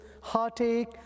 heartache